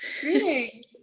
Greetings